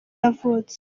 yavutse